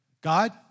God